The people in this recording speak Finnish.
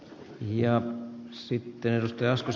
ja sitten raskas